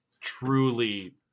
truly